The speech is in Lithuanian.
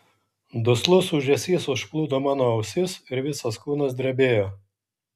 duslus ūžesys užplūdo mano ausis ir visas kūnas drebėjo